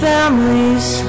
Families